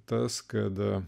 tas kad